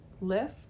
lift